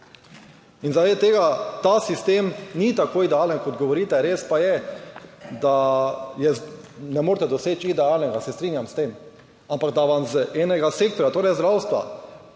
In zaradi tega ta sistem ni tako idealen kot govorite. Res pa je, da ne morete doseči idealnega. Se strinjam s tem. Ampak da vam iz enega sektorja, torej zdravstva,